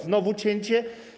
Znowu cięcie?